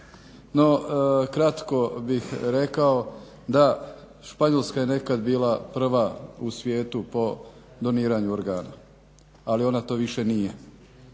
No kratko bih rekao da Španjolska je nekad bila u svijetu po doniranju organa ali ona to više nije.